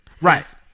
right